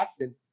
action